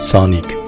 Sonic